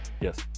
Yes